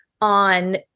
on